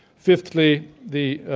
fifthly, the